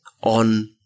on